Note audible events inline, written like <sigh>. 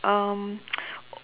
um <noise>